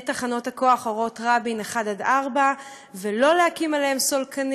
את תחנות הכוח "אורות רבין" 1 4 ולא להקים עליהן סולקנים,